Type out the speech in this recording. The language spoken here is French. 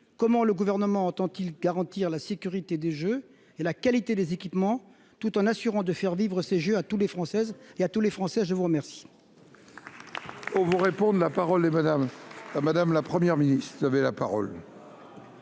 comment le Gouvernement entend-il garantir la sécurité des jeux et la qualité des équipements, tout en s'assurant de faire vivre ces jeux pour toutes les Françaises et tous les Français ? La parole